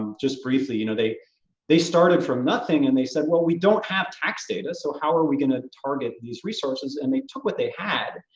just briefly, you know they they started from nothing and they said, well, we don't have tax data. so how are we going to target these resources? and they took what they had,